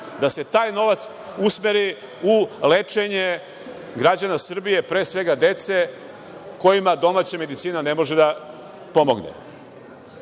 da se taj novac usmeri u lečenje građana Srbije, pre svega dece, kojima domaća medicina ne može da pomogne. Po